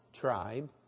tribe